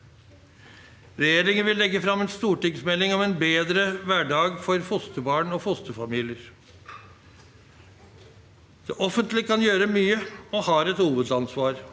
Regjeringen vil legge frem en stortingsmelding om en bedre hverdag for fosterbarn og fosterfamilier. Det offentlige kan gjøre mye, og har et hovedansvar.